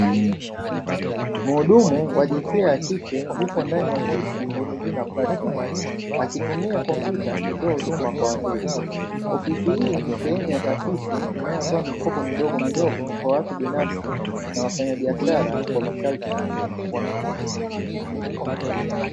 Mhudumu wa jinsia ya kike yupo ndani ya ofisi ya yenye jina "PLATNUM", akitumia kompyuta kutoa huduma kwa wateja. Ofisi hii ni sehemu ya taasisi inayotoa mikopo midogomidogo kwa watu binafsi, na wafanyabiashara kwa masharti nafuu.